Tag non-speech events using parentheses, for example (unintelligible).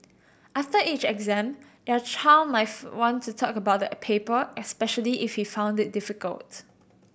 after each exam your child may (unintelligible) want to talk about the paper especially if he found it difficult